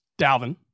Dalvin